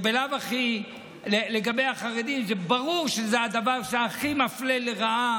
ובלאו הכי לגבי החרדים ברור שזה הדבר שהכי מפלה לרעה.